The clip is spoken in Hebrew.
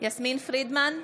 יסמין פרידמן,